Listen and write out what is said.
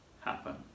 happen